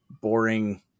boring